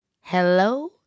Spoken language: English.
Hello